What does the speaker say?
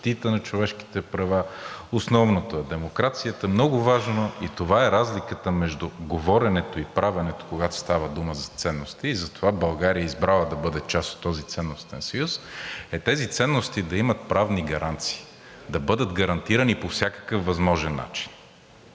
на човешките права, основното е демокрацията. Много важно, и това е разликата между говоренето и правенето, когато става дума за ценности, и затова България е избрала да бъде част от този ценностен съюз, е тези ценности да имат правни гаранции, да бъдат гарантирани по всякакъв възможен начин.